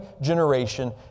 generation